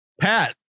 Pat